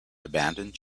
abandoned